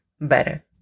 better